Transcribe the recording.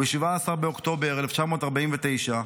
וב-17 באוקטובר 1949,